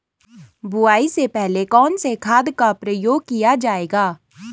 बुआई से पहले कौन से खाद का प्रयोग किया जायेगा?